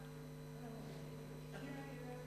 מי בעד?